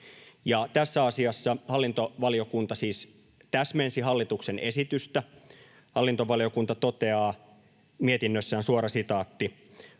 Tässä asiassa hallintovaliokunta siis täsmensi hallituksen esitystä. Hallintovaliokunta toteaa mietinnössään: